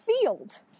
field